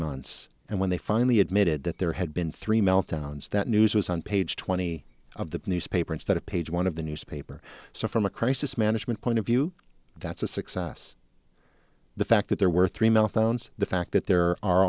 months and when they finally admitted that there had been three meltdowns that news was on page twenty of the newspaper instead of page one of the newspaper so from a crisis management point of view that's a success the fact that there were three meltdowns the fact that there are